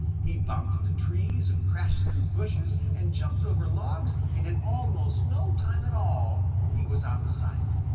he bumped into trees and crashed through bushes and jumped over logs, and in almost no time at all he was out of sight.